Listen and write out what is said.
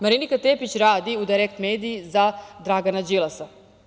Marinika Tepić radi u „Dajrekt mediji“ za Dragana Đilasa.